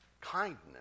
Kindness